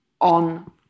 on